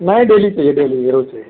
नहीं डेली चाहिए डेली रोज़ चाहिए